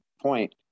point